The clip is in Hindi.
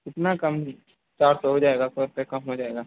कितना कम चार सौ हो जाएगा सौ रुपया कम हो जाएगा